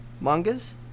mangas